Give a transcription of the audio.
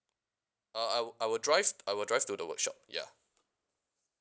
uh I will I will drive I will drive to the workshop ya